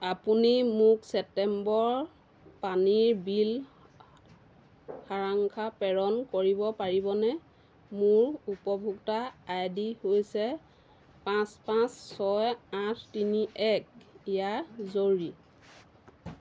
আপুনি মোক ছেপ্টেম্বৰ পানীৰ বিল সাৰাংশ প্ৰেৰণ কৰিব পাৰিবনে মোৰ উপভোক্তা আই ডি হৈছে পাঁচ পাঁচ ছয় আঠ তিনি এক ইযা জৰুৰী